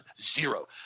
zero